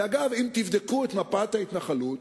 ואגב, אם תבדקו את מפת ההתנחלות,